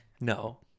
No